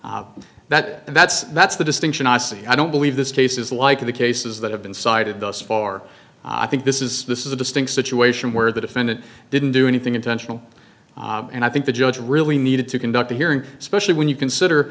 trust that and that's that's the distinction i see i don't believe this cases like the cases that have been cited thus far i think this is this is a distinct situation where the defendant didn't do anything intentional and i think the judge really needed to conduct a hearing especially when you consider